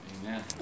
Amen